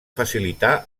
facilitar